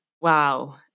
wow